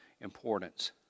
importance